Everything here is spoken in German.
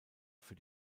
für